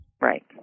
Right